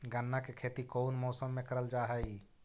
गन्ना के खेती कोउन मौसम मे करल जा हई?